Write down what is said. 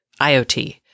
IoT